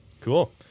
cool